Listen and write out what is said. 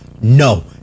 no